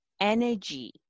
energy